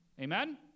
Amen